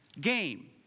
game